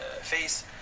face